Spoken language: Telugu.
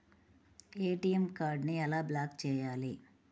ఏ.టీ.ఎం కార్డుని ఎలా బ్లాక్ చేయాలి?